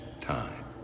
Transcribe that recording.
time